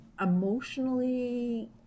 emotionally